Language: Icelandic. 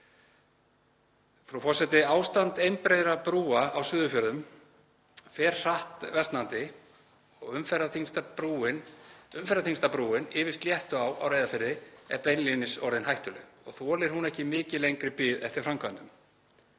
Frú forseti. Ástand einbreiðra brúa á Suðurfjörðum fer hratt versnandi og umferðarþyngsta brúin, yfir Sléttuá í Reyðarfirði, er beinlínis orðin hættuleg og þolir hún ekki mikið lengri bið eftir framkvæmdum.